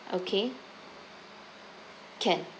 okay can